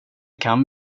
kan